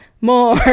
more